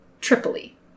Tripoli